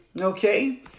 Okay